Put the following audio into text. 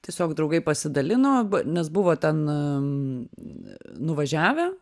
tiesiog draugai pasidalino nes buvo ten nuvažiavę